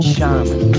Shaman